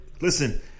Listen